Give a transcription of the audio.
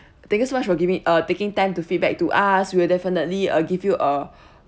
thank you so much for giving uh taking time to feedback to us we'll definitely uh give you uh